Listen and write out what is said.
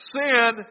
Sin